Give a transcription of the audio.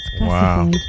Wow